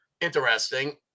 interesting